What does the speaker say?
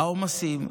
העומסים,